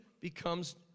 becomes